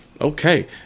Okay